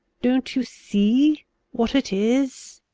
don't you see what it is.